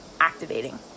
activating